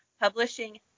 publishing